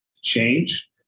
change